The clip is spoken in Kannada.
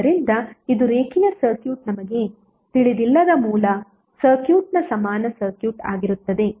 ಆದ್ದರಿಂದ ಇದು ರೇಖೀಯ ಸರ್ಕ್ಯೂಟ್ ನಮಗೆ ತಿಳಿದಿಲ್ಲದ ಮೂಲ ಸರ್ಕ್ಯೂಟ್ನ ಸಮಾನ ಸರ್ಕ್ಯೂಟ್ ಆಗಿರುತ್ತದೆ